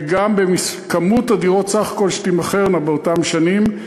וגם בכמות הדירות סך הכול שתימכרנה באותן שנים,